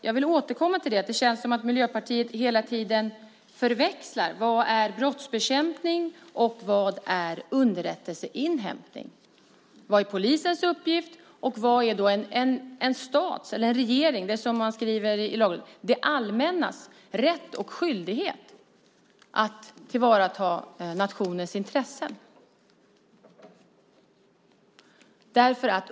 Jag vill återkomma till att det känns som att Miljöpartiet hela tiden förväxlar vad brottsbekämpning är med vad underrättelseinhämtning är och vad polisens uppgift är med vad statens och regeringens uppgift är - det som i lagen skrivs som det allmännas rätt och skyldighet att tillvarata nationens intressen.